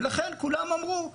ולכן כולם אמרו 'נהדר,